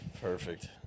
Perfect